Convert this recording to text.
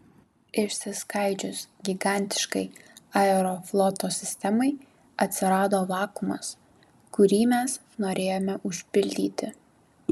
išsiskaidžius gigantiškai aerofloto sistemai atsirado vakuumas kurį mes ir norėjome užpildyti